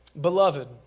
Beloved